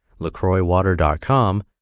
lacroixwater.com